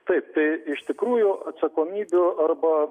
taip tai iš tikrųjų atsakomybių arba